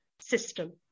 system